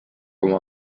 oma